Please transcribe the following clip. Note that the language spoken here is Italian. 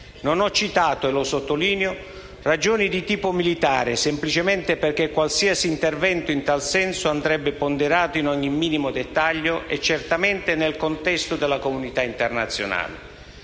Non ho citato - e lo sottolineo - ragioni di tipo militare, semplicemente perché qualsiasi intervento in tal senso andrebbe ponderato in ogni minimo dettaglio e, certamente, nel contesto della comunità internazionale.